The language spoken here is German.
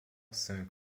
saint